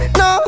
no